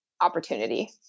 opportunity